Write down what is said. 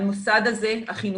המוסד הזה, החינוכי,